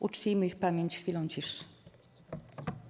Uczcijmy ich pamięć chwilą ciszy.